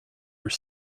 are